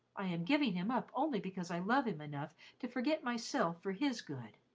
i am giving him up only because i love him enough to forget myself for his good,